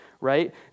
right